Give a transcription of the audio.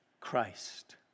Christ